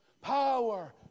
power